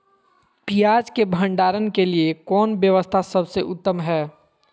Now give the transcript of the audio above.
पियाज़ के भंडारण के लिए कौन व्यवस्था सबसे उत्तम है?